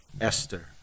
Esther